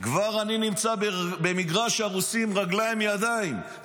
אני כבר נמצא במגרש הרוסים, עם רגליים וידיים.